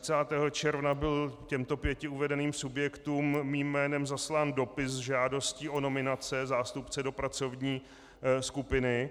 Dne 30. června byl těmto pěti uvedeným subjektům mým jménem zaslán dopis s žádostí o nominace zástupce do pracovní skupiny.